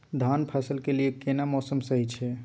धान फसल के लिये केना मौसम सही छै?